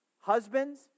husbands